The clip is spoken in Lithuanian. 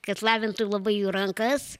kad lavintų labai jų rankas